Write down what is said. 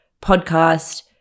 podcast